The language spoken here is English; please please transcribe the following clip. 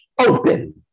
open